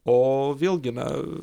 o vėlgi na